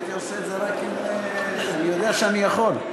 אני עושה את זה רק אם אני יודע שאני יכול.